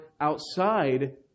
outside